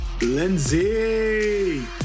Lindsay